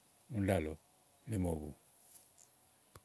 Ùni ɖáà lɔ Nèé mɔ̀ bu.